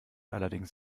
allerdings